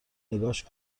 نگاش